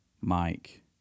Mike